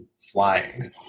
flying